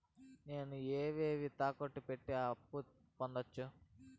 నేను ఏవేవి తాకట్టు పెట్టి అప్పు పొందవచ్చు?